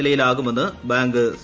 നിലയിലാകുമെന്ന് bank C